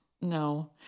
No